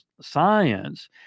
science